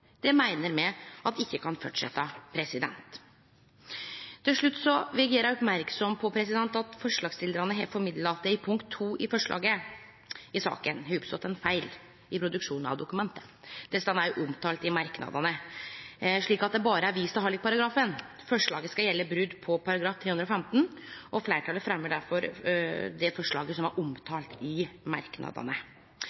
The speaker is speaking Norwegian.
Det meiner me ikkje kan fortsetje. Til slutt vil eg gjere merksam på at forslagsstillarane har formidla at det i punkt 2 i forslaget i saka har oppstått ein feil i produksjonen av dokumentet, slik at det berre er vist til hallikparagrafen. Dette er også omtalt i merknadene. Forslaget skal gjelde brot på § 315, og fleirtalet fremjar difor det forslaget som er